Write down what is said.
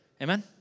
Amen